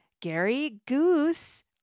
Gary-goose